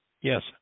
Yes